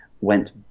went